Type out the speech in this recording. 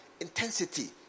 intensity